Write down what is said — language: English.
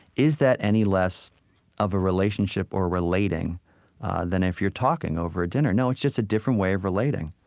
is that any less of a relationship or relating than if you're talking over a dinner? no. it's just a different way of relating.